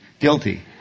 Guilty